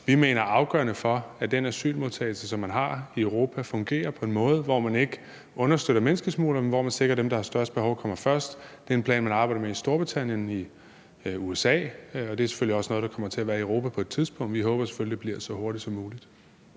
vi mener er afgørende for, at den asylmodtagelse, som man har i Europa, fungerer på en måde, hvor man ikke understøtter menneskesmuglere, men hvor man sikrer, at dem, der har størst behov, kommer først. Det er en plan, man arbejder med i Storbritannien og USA, og det er selvfølgelig også noget, der kommer til at være i Europa på et tidspunkt. Vi håber selvfølgelig, det bliver så hurtigt som muligt.